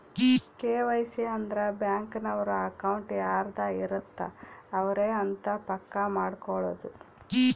KYC ಅಂದ್ರ bank ನವರು account ಯಾರದ್ ಇರತ್ತ ಅವರೆ ಅಂತ ಪಕ್ಕ ಮಾಡ್ಕೊಳೋದು